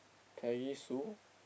carry Sue